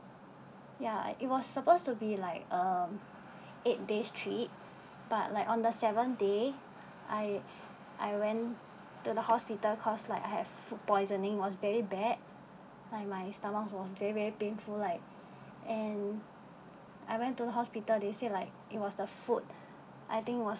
ya it was supposed to be like uh eight days trip but like on the seven day I I went to the hospital cause like I have food poisoning was very bad my my stomach was very very painful like and I went to the hospital they say like it was the food I think it was